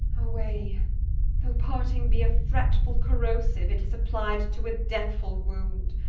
away though parting be a fretfull corosiue, it is applyed to a deathfull wound.